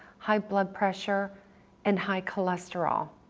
high blood pressure and high cholesterol.